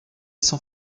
sans